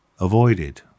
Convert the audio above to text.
avoided